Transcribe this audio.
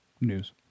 news